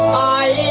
i